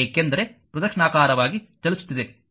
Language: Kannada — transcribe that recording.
ಏಕೆಂದರೆ ಪ್ರದಕ್ಷಿಣಾಕಾರವಾಗಿ ಚಲಿಸುತ್ತಿದೆ